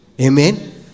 Amen